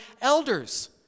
elders